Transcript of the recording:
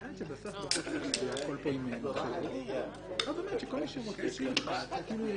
העובדה שעדיין יש פה חייב שמפגר בתשלומים שלו לבין המצב שהוא